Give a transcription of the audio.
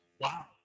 wow